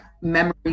memories